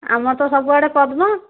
ଆମର ତ ସବୁଆଡ଼େ ପର୍ବ